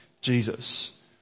Jesus